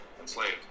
enslaved